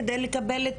כדי לקבל את